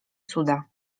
cuda